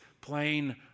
plain